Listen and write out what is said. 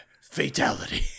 Fatality